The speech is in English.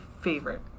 favorite